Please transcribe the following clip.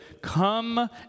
come